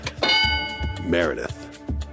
Meredith